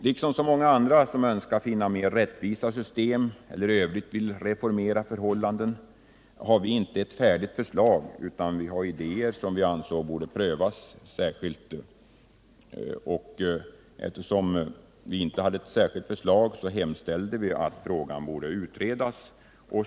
Liksom så många andra som önskar Nr 110 finna mer rättvisa system eller i övrigt vill reformera förhållandena har vi inte Onsdagen den ett färdigt förslag utan idéer som vi anser borde prövas. Eftersom vi inte hade 5 april 1978 ett färdigt förslag hemställde vi att frågan skulle utredas.